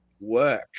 Work